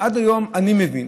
עד היום אני מבין,